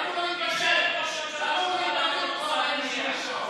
אתה תושב עוטף עזה, אתה לא מתבייש?